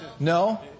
No